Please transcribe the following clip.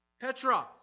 Petros